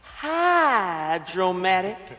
hydromatic